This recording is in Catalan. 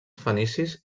fenicis